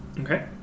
Okay